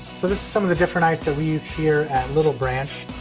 so this is some of the different ice that we use here at little branch.